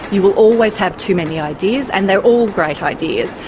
you will always have too many ideas, and they're all great ideas,